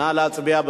נא להצביע.